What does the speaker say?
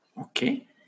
Okay